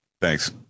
Thanks